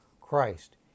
Christ